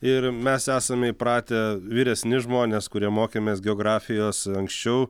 ir mes esame įpratę vyresni žmonės kurie mokėmės geografijos anksčiau